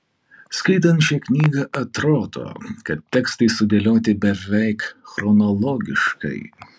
skaitant šią knygą atrodo kad tekstai sudėlioti beveik chronologiškai